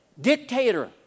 Dictator